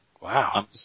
Wow